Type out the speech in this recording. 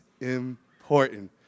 important